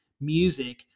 music